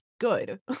good